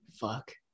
Fuck